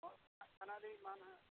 ᱦᱳᱭ ᱪᱟᱞᱟᱜ ᱠᱟᱱᱟᱞᱤᱧ ᱢᱟ ᱦᱟᱜ